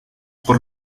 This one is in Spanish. por